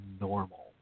normal